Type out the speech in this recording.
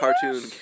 Cartoon